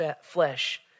flesh